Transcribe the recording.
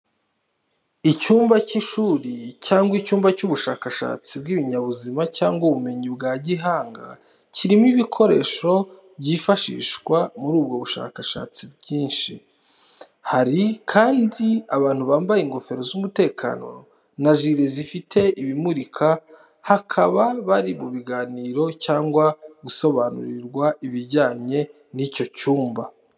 Icyumba cy’ishuri cyangwa icyumba cy'ubushakashatsi bw’ibinyabuzima cyangwa ubumenyi bwa gihanga, kirimo ibikoresho byifashishwa muri ubwo bushakashatsi byinshi, hari kandi abantu bambaye ingofero z’umutekano na jire zifite ibimurika bakaba bari mu biganiro cyangwa gusobanurirwa ibijyanye n’icyo cyumba.